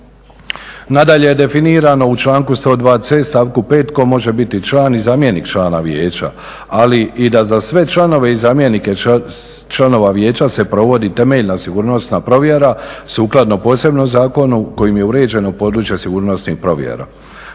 Nadalje je definirano u članku 126. stavku 5. tko može biti član i zamjenik člana vijeća, ali i da za sve članove i zamjenike članova vijeća se provodi temeljna sigurnosna provjera sukladno posebnom zakonu kojim je uređeno područje sigurnosnih provjera.